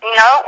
no